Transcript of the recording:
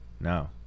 No